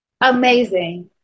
amazing